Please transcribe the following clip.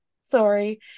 sorry